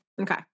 Okay